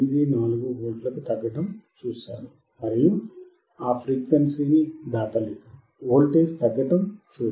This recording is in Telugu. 84V కి తగ్గటం చూశారు మరియు ఆ ఫ్రీక్వెన్సీ ని దాటలేదు వోల్టేజ్ తగ్గింటం చూడండి